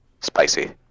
Spicy